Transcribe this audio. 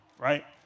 right